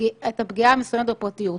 הפגיעה המסוימת בפרטיות.